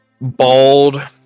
bald